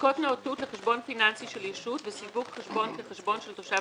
בדיקות נאותות לחשבון פיננסי של ישות וסיווג חשבון כחשבון של תושב